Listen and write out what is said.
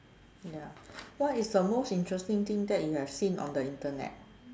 ya what is the most interesting thing that you have seen on the internet